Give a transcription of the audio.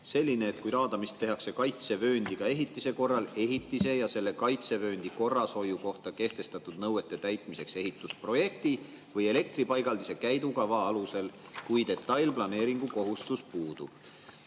selline, et kui raadamist tehakse kaitsevööndiga ehitise korral ehitise ja selle kaitsevööndi korrashoiu kohta kehtestatud nõuete täitmiseks ehitusprojekti või elektripaigaldise käidukava alusel, kui detailplaneeringu kohustus puudub.